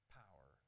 power